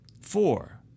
Four